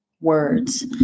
words